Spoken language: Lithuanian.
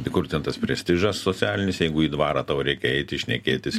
tai kur ten tas prestižas socialinis jeigu į dvarą tau reikia eiti šnekėtis